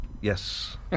Yes